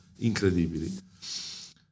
incredibili